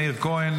מאיר כהן,